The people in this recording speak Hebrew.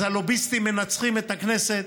אז הלוביסטים מנצחים את הכנסת,